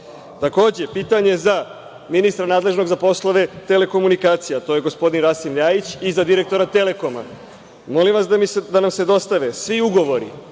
pitanje za ministra nadležnog za poslove telekomunikacija, to je gospodin Rasim LJajić i za direktora „Telekoma“. Molim vas da nam se dostave svi ugovori,